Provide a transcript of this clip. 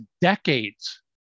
decades